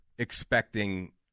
expecting